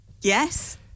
Yes